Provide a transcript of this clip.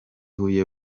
huye